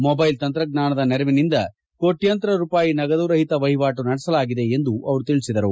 mobile ತಂತ್ರಜ್ಞಾನದ ನೆರವಿನಿಂದ ಕೋಟ್ಟಂತರ ರೂಪಾಯಿ ನಗದು ರಹಿತ ವಹಿವಾಟು ನಡೆಸಲಾಗಿದೆ ಎಂದು ಅವರು ತಿಳಿಸಿದರು